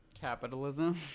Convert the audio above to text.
Capitalism